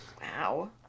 wow